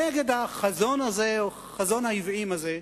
נגד החזון הזה, או חזון העוועים הזה,